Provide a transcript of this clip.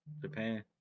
japan